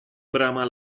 brama